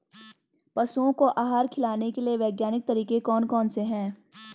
पशुओं को आहार खिलाने के लिए वैज्ञानिक तरीके कौन कौन से हैं?